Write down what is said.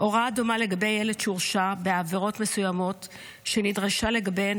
הוראה דומה לגבי ילד שהורשע בעבירות מסוימות שנדרשה לגביהן